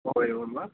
एवं वा